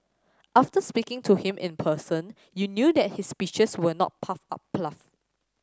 after speaking to him in person you knew that his speeches were not puffed up fluff